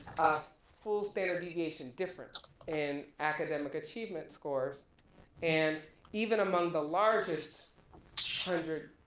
a full standard deviation different in academic achievement scores and even among the largest hundred